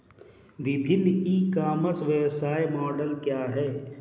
विभिन्न e commerce व्यवसाय model क्या हैं?